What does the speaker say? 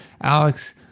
Alex